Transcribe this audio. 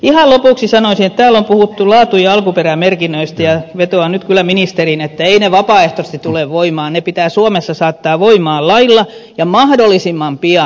ihan lopuksi sanoisin kun täällä on puhuttu laatu ja alkuperämerkinnöistä että vetoan nyt kyllä ministeriin kun eivät ne vapaaehtoisesti tule voimaan että ne pitää suomessa saattaa voimaan lailla ja mahdollisimman pian